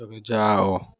ରବି ଯାଅ